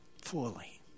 fully